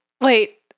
Wait